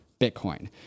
Bitcoin